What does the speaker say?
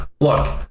Look